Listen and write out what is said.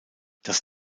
das